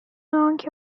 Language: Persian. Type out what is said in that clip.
انکه